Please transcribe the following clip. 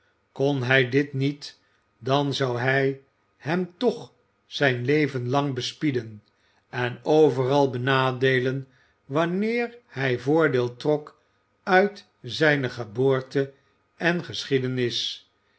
kon hij dit niet dan zou hij hem toch zijn leven lang bespieden en overal benadee en wanneer hij voordeel trok uit zijne geboorte en geschiedenis